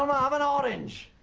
um have an orange.